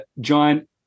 John